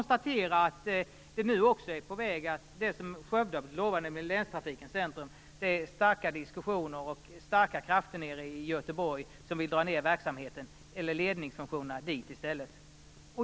Skövde har fått löfte om att få bli centrum för länstrafiken, men vi kan konstatera att det nu förekommer diskussioner i Göteborg om detta och att det finns starka krafter för att i stället dra ledningsfunktionerna dit.